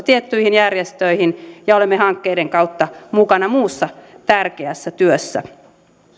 tiettyihin järjestöihin ja olemme hankkeiden kautta mukana muussa tärkeässä työssä